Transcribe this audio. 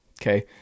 okay